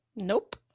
Nope